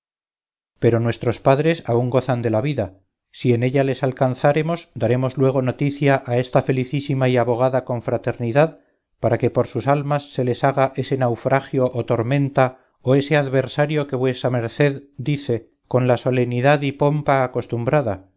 pero nuestros padres aún gozan de la vida si en ella les alcanzáremos daremos luego noticia a esta felicísima y abogada confraternidad para que por sus almas se les haga ese naufragio o tormenta o ese adversario que vuesa merced dice con la solenidad y pompa acostumbrada